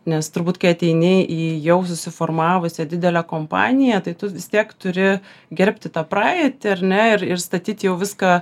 nes turbūt kai ateini į jau susiformavusią didelę kompaniją tai tu vis tiek turi gerbti tą praeitį ar ne ir ir statyt jau viską